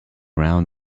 around